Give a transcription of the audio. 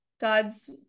God's